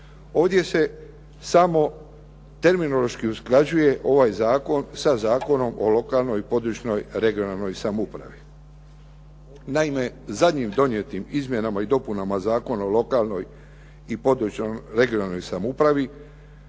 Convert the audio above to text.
ovdje se samo terminološki usklađuje ovaj zakon sa Zakonom o lokalnoj i područnoj regionalnoj samoupravi. Naime, zadnjim donijetim izmjenama i dopunama Zakona o lokalnoj i područnoj regionalnoj samoupravi